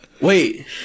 Wait